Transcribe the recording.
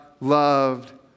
loved